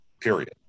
period